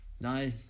No